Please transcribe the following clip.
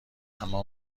اما